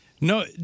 No